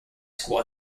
school